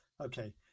okay